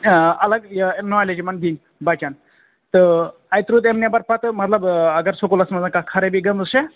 آ اَلگ یہِ نالیج یِمَن دِنۍ بَچَن تہٕ اَتہِ روٗد امہِ نیٚبَر پَتہٕ مَطلَب اَگر آ سکوٗلَس منٛز کانٛہہ خَرٲبی گٲمٕژ چھِ